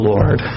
Lord